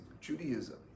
judaism